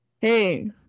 Hey